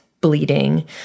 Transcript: bleeding